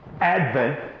Advent